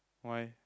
why